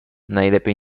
najlepiej